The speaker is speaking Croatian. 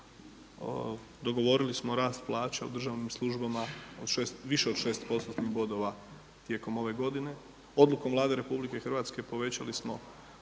dogovorili smo rast plaća u državnim službama više od 6%-tnih bodova tijekom ove godine. Odlukom Vlade RH povećali smo